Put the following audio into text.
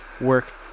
work